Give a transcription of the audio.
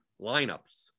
lineups